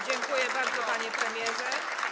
Dziękuję bardzo, pani premierze.